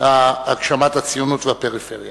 הגשמת הציונות והפריפריה.